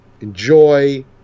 Enjoy